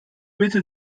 bitte